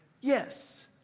Yes